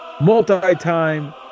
Multi-time